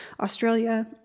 Australia